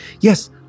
yes